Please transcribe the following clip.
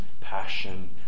passion